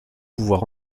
pouvoir